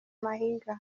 mahiga